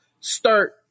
start